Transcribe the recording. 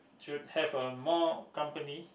should have a more company